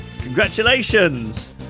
congratulations